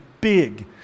big